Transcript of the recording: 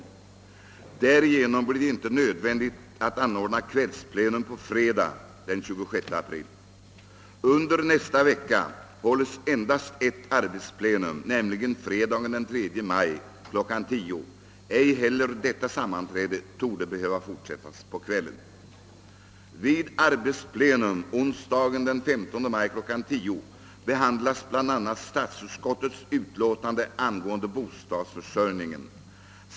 Därigenom blir det icke nödvändigt att anordna kvällsplenum på fredag, den 26 april. Under nästa vecka hålles endast ett arbetsplenum, nämligen fredagen den 3 maj kl. 10.00. Ej heller detta sammanträde torde behöva fortsättas på kvällen. Vid arbetsplenum onsdagen den 15 maj kl. 10.00 behandlas bland annat statsutskottets utlåtande angående bostadsförsörjningen.